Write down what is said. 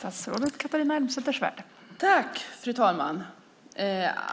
Fru talman!